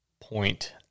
point